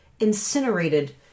incinerated